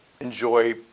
enjoy